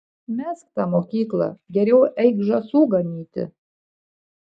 mesk tą mokyklą geriau eik žąsų ganyti